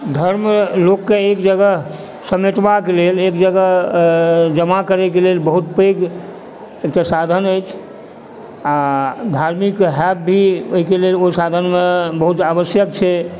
धर्म लोकके एक जगह समेटबाक लेल एक जगह जमा करैके लेल बहुत पैघ एकटा साधन अछि आओर धार्मिक होएब भी ओहिके लेल ओ साधन आवश्यक छै